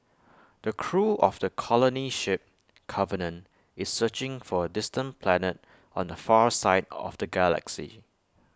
the crew of the colony ship covenant is searching for A distant planet on the far side of the galaxy